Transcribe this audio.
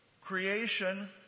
Creation